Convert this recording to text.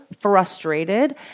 frustrated